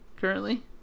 currently